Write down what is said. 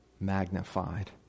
magnified